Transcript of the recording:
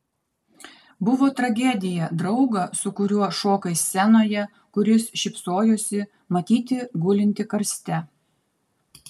buvo tragedija draugą su kuriuo šokai scenoje kuris šypsojosi matyti gulintį karste